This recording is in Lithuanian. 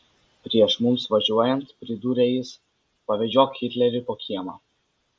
prieš mums važiuojant pridūrė jis pavedžiok hitlerį po kiemą